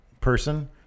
person